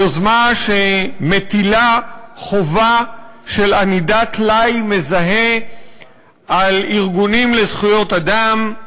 היוזמה שמטילה חובה של ענידת טלאי מזהה על ארגונים לזכויות אדם,